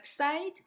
website